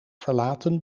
verlaten